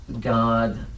God